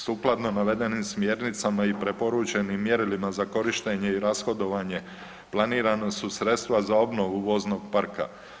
Sukladno navedenim smjernicama i preporučenim mjerilima za korištenje i rashodovanje planirana su sredstva za obnovu voznog parka.